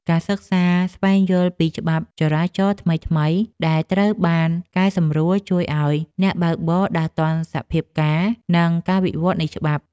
ការសិក្សាស្វែងយល់ពីច្បាប់ចរាចរណ៍ថ្មីៗដែលត្រូវបានកែសម្រួលជួយឱ្យអ្នកបើកបរដើរទាន់សភាពការណ៍ និងការវិវត្តនៃច្បាប់។